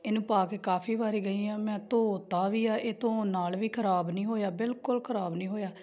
ਇਹਨੂੰ ਪਾ ਕੇ ਕਾਫ਼ੀ ਵਾਰ ਗਈ ਹਾਂ ਮੈਂ ਧੋਤਾ ਵੀ ਆ ਇਹ ਧੋਣ ਨਾਲ ਵੀ ਖਰਾਬ ਨਹੀਂ ਹੋਇਆ ਬਿਲਕੁਲ ਖਰਾਬ ਨਹੀਂ ਹੋਇਆ